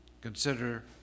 Consider